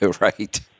Right